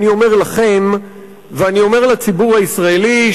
אני אומר לכם ואני אומר לציבור הישראלי,